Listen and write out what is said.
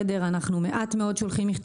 שאנחנו שולחים מעט מאוד מכתבים,